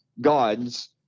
gods